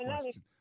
question